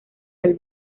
del